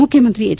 ಮುಖ್ಯಮಂತ್ರಿ ಎಚ್